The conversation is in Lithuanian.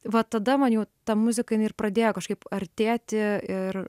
va tada man jau ta muzika jin ir pradėjo kažkaip artėti ir